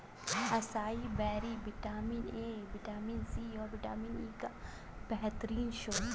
acai berry vitamin A, vitamin C, और vitamin E का बेहतरीन स्त्रोत है